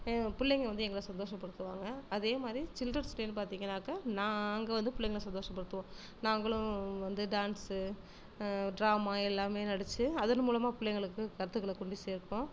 எங்கள் பிள்ளைங்க வந்து எங்களை சந்தோசப்படுத்துவாங்க அதேமாதிரி சில்ட்ரன்ஸ் டேனு பார்த்தீங்கன்னாக்க நாங்கள் வந்து பிள்ளைங்கள சந்தோசப்படுத்துவோம் நாங்களும் வந்து டான்ஸு ட்ராமா எல்லாமே நடிச்சு அதன் மூலமாக பிள்ளைங்களுக்கு கருத்துகளை கொண்டி சேர்ப்போம்